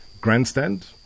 grandstand